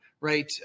right